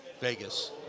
Vegas